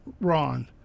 Ron